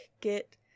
Get